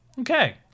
Okay